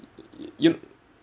y~ y~ you